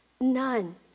none